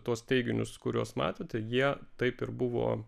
tuos teiginius kuriuos matėte jie taip ir buvo